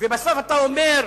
ובסוף אתה אומר,